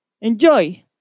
Enjoy